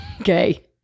Okay